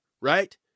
right